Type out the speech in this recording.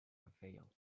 avail